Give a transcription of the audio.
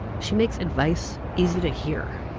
she makes advice easy to hear.